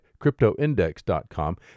CryptoIndex.com